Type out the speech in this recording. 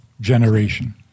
generation